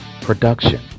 Production